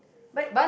but